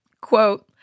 quote